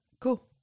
cool